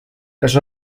kas